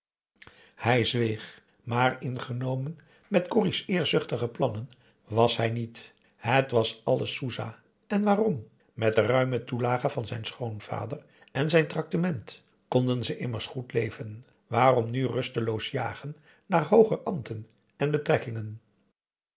hij zweeg maar ingenomen met corrie's eerzuchtige plannen was hij niet het was alles soesah en waarom met de ruime toelage van zijn schoonvader en zijn tractement konden ze immers goed leven waarom nu rusteloos jagen naar hooger ambten en betrekkingen